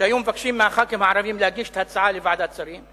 שביקשו מחברי הכנסת הערבים להגיש את ההצעה לוועדת שרים.